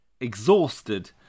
exhausted